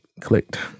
clicked